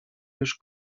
już